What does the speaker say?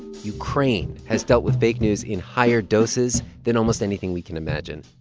ukraine has dealt with fake news in higher doses than almost anything we can imagine.